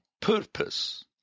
purpose